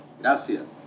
gracias